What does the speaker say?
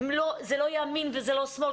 זה לא ימין וזה לא שמאל.